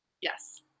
Yes